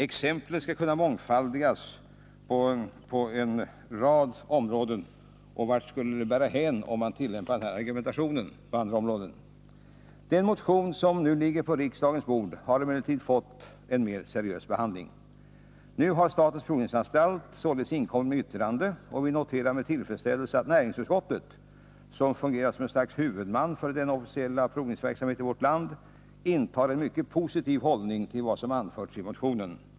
Exemplen skulle kunna mångfaldigas på vart det skulle bära hän om man tillämpade den argumentationen på andra områden. Den motion som nu ligger på riksdagens bord har emellertid fått en mer seriös behandling. Nu har således statens provningsanstalt inkommit med ett yttrande, och vi noterar med tillfredsställelse att näringsutskottet—som fungerar som ett slags huvudman för denna officiella provningsverksamhet i vårt land — intar en mycket positiv hållning till vad som anförts i motionen.